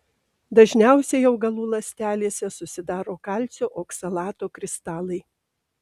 dažniausiai augalų ląstelėse susidaro kalcio oksalato kristalai